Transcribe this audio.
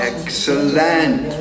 Excellent